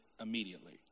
immediately